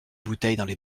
bouteilles